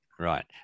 Right